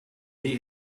die